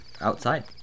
outside